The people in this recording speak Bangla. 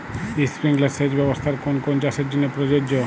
স্প্রিংলার সেচ ব্যবস্থার কোন কোন চাষের জন্য প্রযোজ্য?